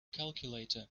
calculator